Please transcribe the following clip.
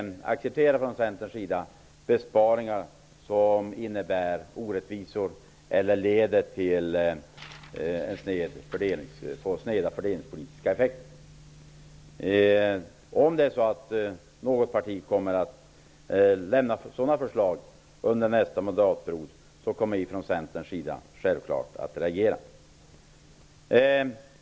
Vi kan inte från Centerns sida acceptera besparingar som innebär orättvisor eller leder till sneda fördelningspolitiska effekter. Om något parti kommer att lägga fram sådana förslag under nästa mandatperiod kommer vi från Centerns sida självklart att reagera.